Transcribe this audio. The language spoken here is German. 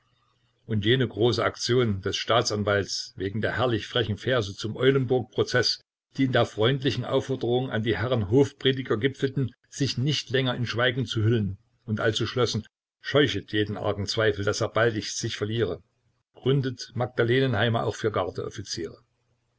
und jene große aktion des staatsanwalts wegen der herrlich frechen verse zum eulenburg-prozeß die in der freundlichen aufforderung an die herren hofprediger gipfelten sich nicht länger in schweigen zu hüllen und also schlossen scheuchet jeden argen zweifel daß er baldigst sich verliere gründet magdalenenheime auch für